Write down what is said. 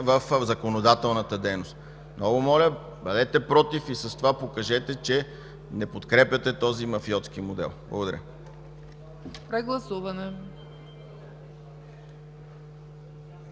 в законодателната дейност. Много моля, бъдете „против” и с това покажете, че не подкрепяте този мафиотски модел. Благодаря. ПРЕДСЕДАТЕЛ